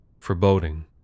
foreboding